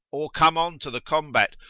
or come on to the combat,